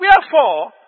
Wherefore